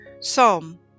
Psalm